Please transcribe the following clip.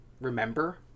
remember